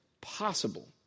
possible